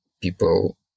people